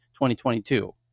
2022